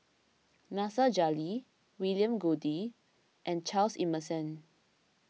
Nasir Jalil William Goode and Charles Emmerson